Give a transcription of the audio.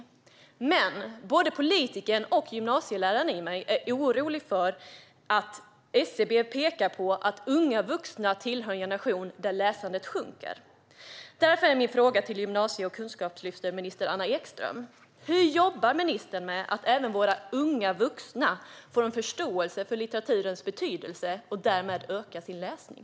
Men både politikern och gymnasieläraren i mig är orolig för att SCB pekar på att unga vuxna tillhör en generation där läsandet sjunker. Därför är min fråga till gymnasie och kunskapslyftsminister Anna Ekström: Hur jobbar ministern med att även våra unga vuxna får en förståelse för litteraturens betydelse och därmed ökar sin läsning?